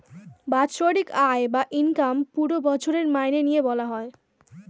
বাৎসরিক আয় বা ইনকাম পুরো বছরের মাইনে নিয়ে বলা হয়